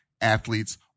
athletes